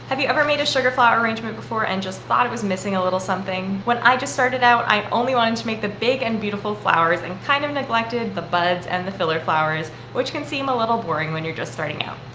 have you ever made a sugar flower arrangement before and just thought it was missing a little something. when i just started out, i only wanted to make the big and beautiful flowers and kind of neglected the buds and the filler flowers, which can seem a little boring when you're just starting out.